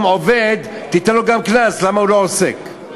"עובד" תיתן לו גם קנס למה הוא לא "עוסק".